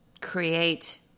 create